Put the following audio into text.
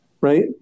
Right